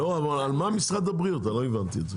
על מה משרד הבריאות לא הבנתי?